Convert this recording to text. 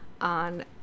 on